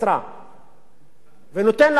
ונותן לה לחצי משרה על-פי שכר מינימום,